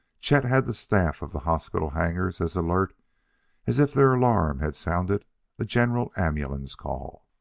chet had the staff of the hospital hangars as alert as if their alarm had sounded a general ambulance call.